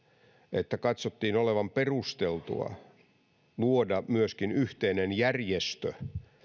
että katsottiin olevan perusteltua luoda myöskin yhteinen järjestö